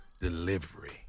delivery